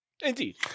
Indeed